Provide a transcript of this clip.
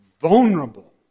vulnerable